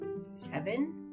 seven